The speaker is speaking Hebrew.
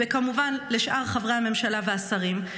וכמובן לשאר חברי הממשלה והשרים,